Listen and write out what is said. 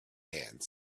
hands